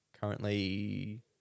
currently